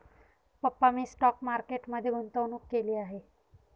पप्पा मी stock market मध्ये गुंतवणूक केली आहे